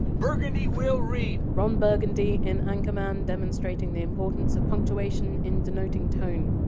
burgundy will read! ron burgundy in anchorman, demonstrating the importance of punctuation in denoting tone,